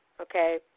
okay